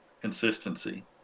consistency